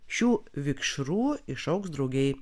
šių vikšrų išaugs drugiai